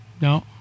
No